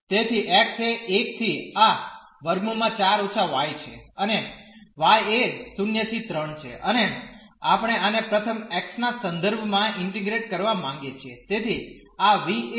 તેથી x એ 1 થી આ 4 y છે અને y એ 0 થી 3 છે અને આપણે આને પ્રથમ x ના સંદર્ભ માં ઇન્ટીગ્રેટ કરવા માગીએ છીએ